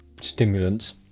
Stimulants